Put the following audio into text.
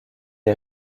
des